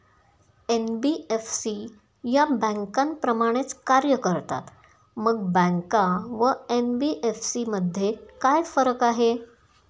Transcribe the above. NBFC या बँकांप्रमाणेच कार्य करतात, मग बँका व एन.बी.एफ.सी मध्ये काय फरक आहे?